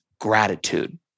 Gratitude